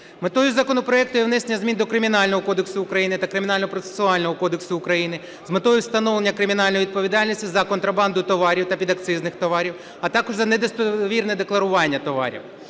Метою законопроекту є внесення змін до Кримінального кодексу України та Кримінального процесуального кодексу України з метою встановлення кримінальної відповідальності за контрабанду товарів та підакцизних товарів, а також за недостовірне декларування товарів.